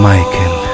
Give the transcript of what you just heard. Michael